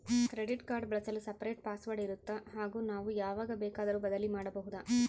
Credit card ಬಳಸಲು separate password ಇರುತ್ತಾ ಹಾಗೂ ನಾವು ಯಾವಾಗ ಬೇಕಾದರೂ ಬದಲಿ ಮಾಡಬಹುದಾ?